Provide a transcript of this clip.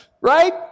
Right